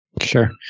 Sure